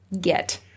get